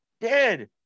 dead